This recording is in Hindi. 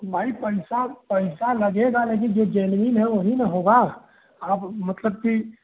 भाई पाइस पाइस लगेगा लेकिन जो जेन्यूइन है वही ना होगा आप मतलब की